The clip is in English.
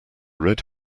red